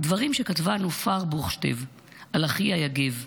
דברים שכתבה נופר בוכשטב על אחיה, יגב.